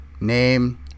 name